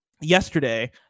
yesterday